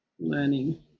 learning